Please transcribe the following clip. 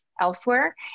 elsewhere